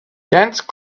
dense